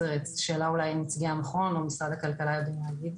זו שאלה אולי לנציגי המכון או משרד הכלכלה יודעים להגיד.